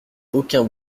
aucun